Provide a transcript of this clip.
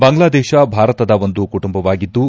ಬಾಂಗ್ಲಾದೇಶ ಭಾರತದ ಒಂದು ಕುಟುಂಬವಾಗಿದ್ದು